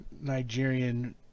Nigerian